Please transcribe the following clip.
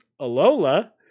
Alola